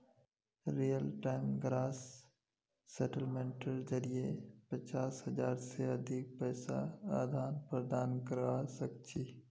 real time gross सेटलमेंटेर जरिये पचास हज़ार से अधिक पैसार आदान प्रदान करवा सक छी